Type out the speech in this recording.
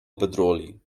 petroli